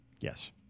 Yes